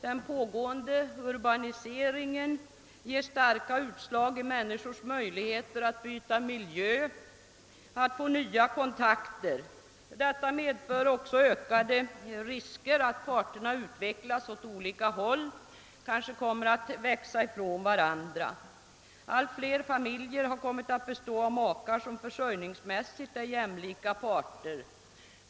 Den pågående urbaniseringen ger starka utslag i människors möjligheter att byta miljö och att få nya kontakter. Detta medför också ökade risker att parterna utvecklas åt olika håll och kanske kommer att växa ifrån varandra. Allt fler familjer har kommit att bestå av makar som försörjningsmässigt är jämlika parter.